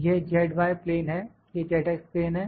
यह z y plane है यह z x प्लेन है